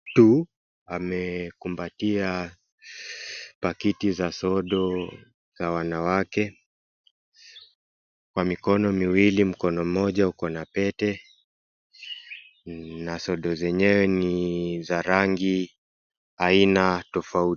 Mtu amekumbatia pakiti za sodo za wanawake kwa mikono miwili. Mkono mmoja ukona pete na sodo zenyewe ni za rangi aina tofauti.